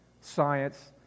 science